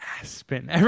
Aspen